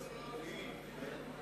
כל העניינים הציבוריים.